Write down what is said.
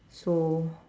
so